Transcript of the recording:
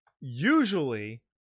Usually